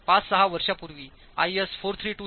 5 6 वर्षांपूर्वी IS 4326